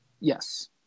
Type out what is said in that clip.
Yes